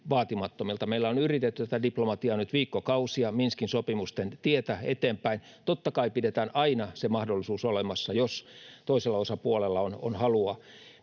vaatimattomilta. Meillä on yritetty tätä diplomatiaa nyt viikkokausia Minskin sopimusten tietä eteenpäin, ja totta kai pidetään aina se mahdollisuus olemassa. Jos toisella osapuolella on halua